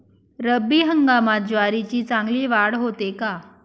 रब्बी हंगामात ज्वारीची चांगली वाढ होते का?